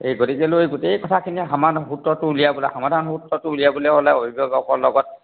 এই গতিকে লৈ গোটেই কথাখিনি সমাসূত্ৰটো উলিয়াবলৈ সমাধান সূত্ৰটো উলিয়াবলৈ অভিভাৱকৰ লগত